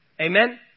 Amen